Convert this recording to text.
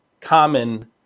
common